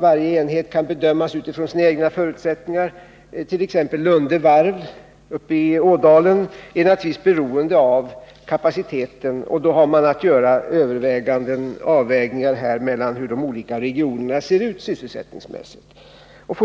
Varje enskild enhet kan inte bedömas enbart utifrån sina egna förutsättningar. Exempelvis Lunde varv uppe i Ådalen är naturligtvis beroende av den totala efterfrågekapaciteten, och då har man att göra överväganden om hur de olika regionerna sysselsättningsmässigt ser ut.